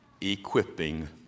equipping